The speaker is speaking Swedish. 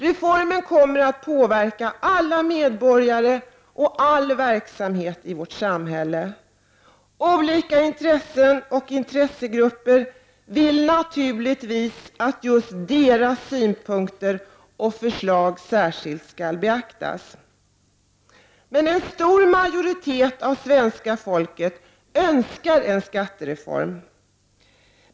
Reformen kommer att påverka alla medborgare och all verksamhet i vårt samhälle. Olika intressen och intressegrupper vill naturligtvis att just deras synpunkter och förslag särskilt skall beaktas. En stor majoritet av svenska folket önskar en skattereform.